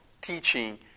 teaching